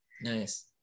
Nice